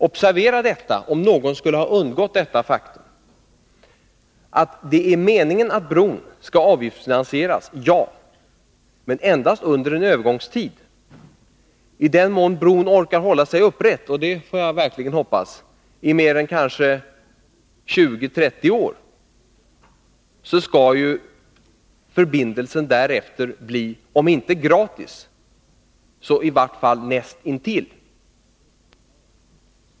Observera — jag säger detta för den händelse detta faktum skulle ha undgått någon — att det är meningen att bron skall avgiftsfinansieras, men endast under en övergångstid. Efter 20-30 år skall förbindelsen — om bron orkar hålla sig upprätt därefter, och det får jag verkligen hoppas att den gör — bli, om inte gratis så i varje fall näst intill.